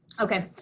okay.